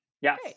Yes